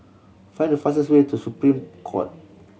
find the fastest way to Supreme Court